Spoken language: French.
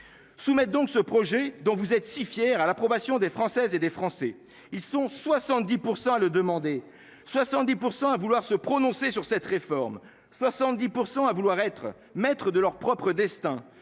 Soumettre donc ce projet dont vous êtes si fier à l'approbation des Françaises et des Français, ils sont 70% à le demander 70% à vouloir se prononcer sur cette réforme, 70% à vouloir être maîtres de leur propre destin